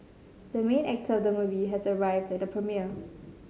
the main actor of the movie has arrived at the premiere